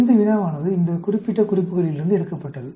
இந்த வினாவானது இந்த குறிப்பிட்ட குறிப்புகளிலிருந்து எடுக்கப்பட்டது